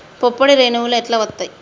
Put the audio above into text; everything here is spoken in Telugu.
పుప్పొడి రేణువులు ఎట్లా వత్తయ్?